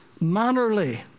mannerly